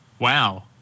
Wow